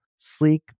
sleek